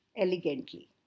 elegantly